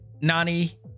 nani